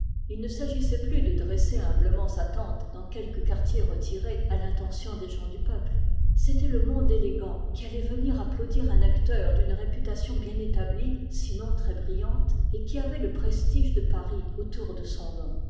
il ne s'agissait plus de dresser humblement sa tente dans quelque quartier retiré à l'intention des gens du peuple c'était le monde élégant qui allait venir applaudir un acteur d'une réputation bien établie sinon très brillante et qui avait le prestige de paris autour de son nom